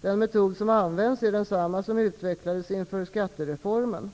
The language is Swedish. Den metod som används är densamma som utvecklades inför skattereformen.